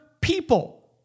people